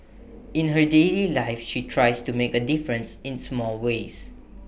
in her daily life she tries to make A difference in small ways